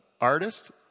artist